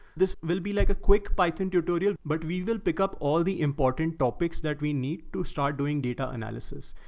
this will be like a quick python tutorial, but we will pick up all the important topics that we need to start doing data analysis.